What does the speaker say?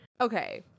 Okay